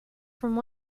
from